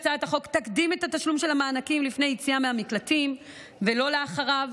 הצעת החוק תקדים את התשלום של המענקים לפני יציאה מהמקלטים ולא לאחריה,